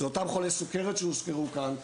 זה אותם חולי סוכרת שהוזכרו כאן,